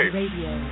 Radio